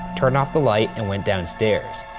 turned off the light and went downstairs.